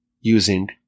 using